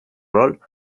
rol